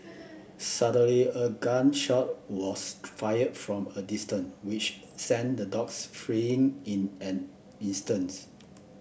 suddenly a gun shot was fired from a distance which sent the dogs fleeing in an instant